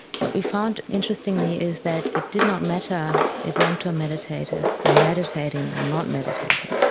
what we found, interestingly, is that it did not matter if long term meditators were meditating or not meditating,